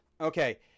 okay